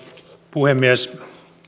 puhemies